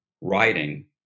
writing